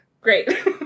great